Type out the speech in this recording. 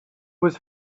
was